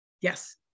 yes